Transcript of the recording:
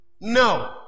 No